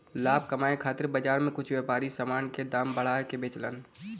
लाभ कमाये खातिर बाजार में कुछ व्यापारी समान क दाम बढ़ा के बेचलन